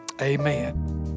Amen